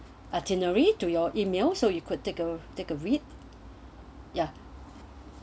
itinerary to your email so you could take a take a read